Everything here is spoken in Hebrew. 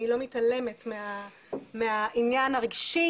אני לא מתעלמת מהעניין הרגשי,